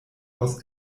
aus